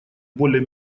более